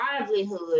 livelihood